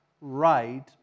right